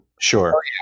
Sure